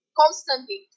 constantly